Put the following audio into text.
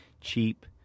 cheap